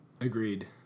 Agreed